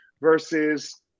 versus